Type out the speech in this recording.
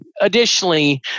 additionally